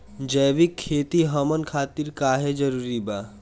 जैविक खेती हमन खातिर काहे जरूरी बा?